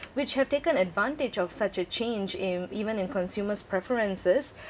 which have taken advantage of such a change in even in consumers preferences